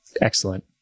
Excellent